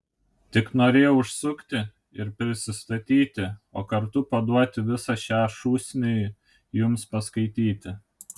tik norėjau užsukti ir prisistatyti o kartu paduoti visą šią šūsnį jums paskaityti